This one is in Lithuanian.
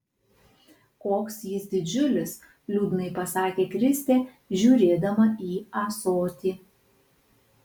koks jis didžiulis liūdnai pasakė kristė žiūrėdama į ąsotį